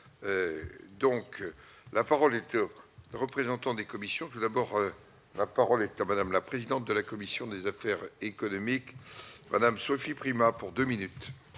donc la parole est que représentants des commissions tout d'abord, la parole est à madame la présidente de la commission des affaires économiques Madame Sophie Primas pour 2 minutes.